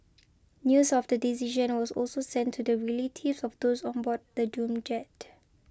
news of the decision was also sent to the relatives of those on board the doomed jet